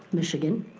michigan.